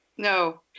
No